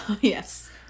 Yes